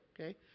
okay